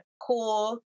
cool